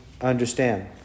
understand